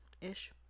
ish